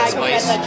spice